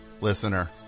listener